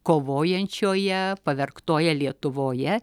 kovojančioje pavergtoje lietuvoje